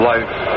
Life